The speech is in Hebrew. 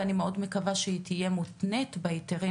ואני מאוד מקווה שהיא תהיה מותנית בהיתרים